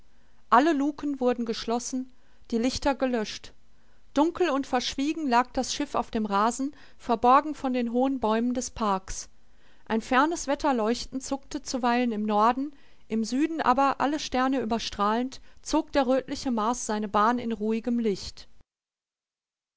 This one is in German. alle luken wurden geschlossen die lichter gelöscht dunkel und verschwiegen lag das schiff auf dem rasen verborgen von den hohen bäumen des parks ein fernes wetterleuchten zuckte zuweilen im norden im süden aber alle sterne überstrahlend zog der rötliche mars seine bahn in ruhigem licht